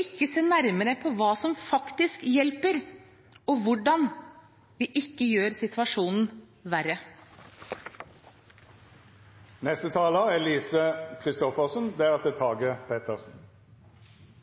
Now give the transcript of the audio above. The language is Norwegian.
ikke å se nærmere på hva som faktisk hjelper, og hvordan vi ikke gjør situasjonen verre.